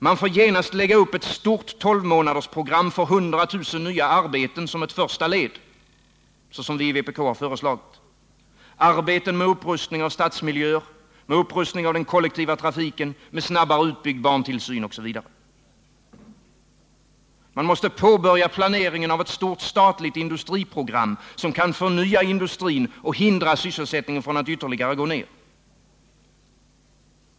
Vi får genast lägga upp ett stort tolvmånadersprogram för 100 000 nya arbeten som ett första led — vilket vi i vpk har föreslagit — arbeten med upprustning av stadsmiljöer, med upprustning av den kollektiva trafiken, med snabbare utbyggd barntillsyn, osv. Vi måste påbörja planeringen av ett stort statligt industriprogram, som kan förnya industrin och hindra sysselsättningen från att ytterligare gå ned.